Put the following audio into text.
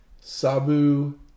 Sabu